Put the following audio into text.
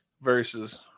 versus